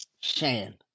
Shan